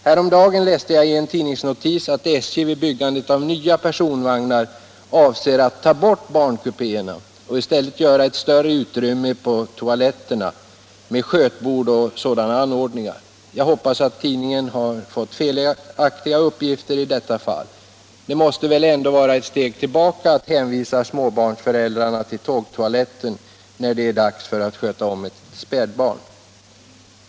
Häromdagen läste jag i en tidningsnotis att SJ vid byggandet av nya personvagnar avser att ta bort barnkupéerna och i stället göra ett större utrymme på toaletterna med skötbord och sådana anordningar. Jag hoppas att tidningen har fått felaktiga uppgifter i detta fall. Det måste väl ändå vara ett steg tillbaka att hänvisa småbarnsföräldrarna till tågtoaletten när det är dags att sköta om ett spädbarn.